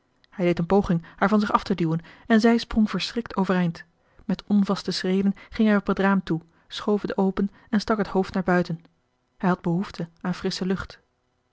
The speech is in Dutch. hij deed een poging haar van zich af te duwen en zij sprong verschrikt overeind met onvaste schreden ging hij op het raam toe schoof het open en stak het hoofd naar buiten hij had behoefte aan frissche lucht